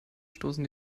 stoßen